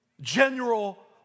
general